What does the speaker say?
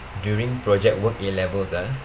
during project work A levels ah